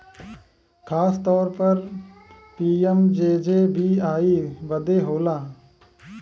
खासतौर पर पी.एम.जे.जे.बी.वाई बदे होला